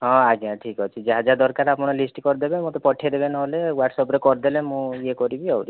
ହଁ ଆଜ୍ଞା ଠିକ୍ ଅଛି ଯାହା ଯାହା ଦରକାର ଆପଣ ଲିଷ୍ଟ କରିଦେବେ ମୋତେ ପଠେଇଦେବେ ନହେଲେ ୱାଟସପ ରେ କରିଦେଲେ ମୁଁ ଇଏ କରିବି ଆହୁରି